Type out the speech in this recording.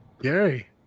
Gary